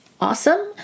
awesome